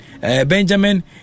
Benjamin